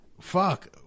fuck